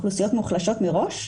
אוכלוסיות מוחלשות מראש,